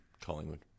Collingwood